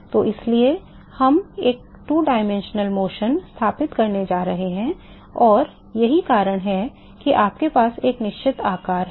तो इसलिए हम एक 2 आयामी गति स्थापित करने जा रहे हैं और यही कारण है कि आपके पास एक निश्चित आकार है